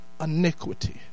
iniquity